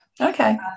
okay